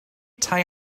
tai